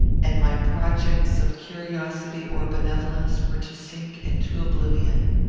and my projects of curiosity or benevolence were to sink into oblivion.